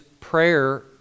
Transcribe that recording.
prayer